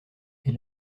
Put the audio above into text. est